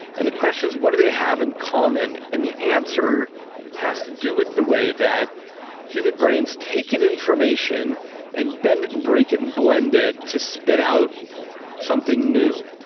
and the question is what do they have in common? and the answer has to do with the way that human brains take in information and bend it and break it and blend it to spit out something new.